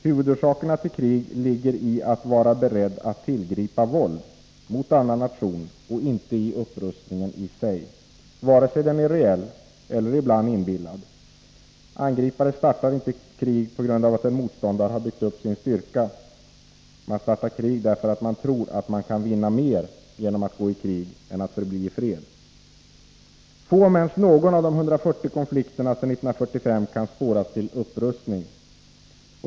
Huvudorsakerna till krig ligger i att vara beredd att tillgripa våld mot annan nation, och inte i upprustningen i sig, vare sig den är reell eller inbillad, som ibland. Angripare startar inte krig på grund av att en motståndare har byggt upp sin styrka. De startar krig därför att de tror att de kan vinna mer genom att gå i krig än genom att förbli i fred. Få — om ens någon — av de 140 konflikterna sedan 1945 kan spåras till upprustning.